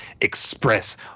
express